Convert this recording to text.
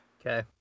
okay